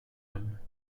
homme